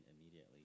immediately